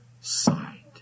side